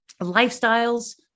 lifestyles